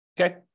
Okay